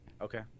Okay